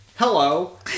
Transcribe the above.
hello